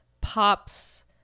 Pop's